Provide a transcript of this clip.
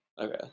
Okay